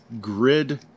grid